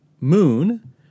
moon